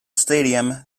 stadium